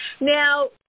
Now